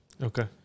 Okay